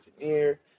engineer